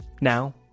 now